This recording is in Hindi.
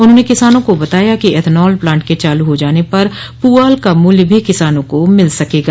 उन्होंने किसानों को बताया कि एथेनाल प्लांट के चालू हो जाने पर पुआल का मूल्य भी किसानों को मिल सकेगा